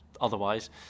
otherwise